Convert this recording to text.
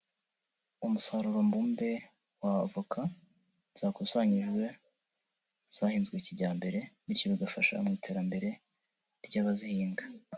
Umusaruro mbumbe w' avoka zakusanyirijwe zahinzwe kijyambere bityo bigafasha mu iterambere ry'abazihinga.